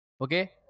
okay